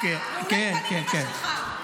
כוח 100. רעולי פנים אימא שלך.